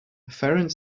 afferent